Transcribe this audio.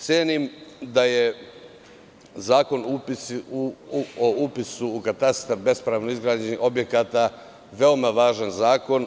Cenim da je Zakon o upisu u katastar bespravno izgrađenih objekata veoma važan zakon.